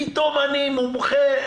פתאום אני מומחה.